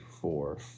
four